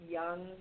young